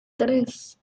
tres